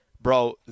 Bro